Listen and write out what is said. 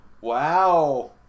Wow